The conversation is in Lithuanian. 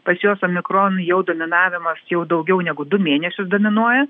pas juos omikron jau dominavimas jau daugiau negu du mėnesius dominuoja